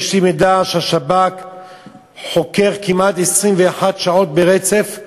יש לי מידע שהשב"כ חוקר כמעט 21 שעות ברצף,